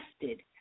tested